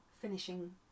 finishing